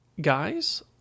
guys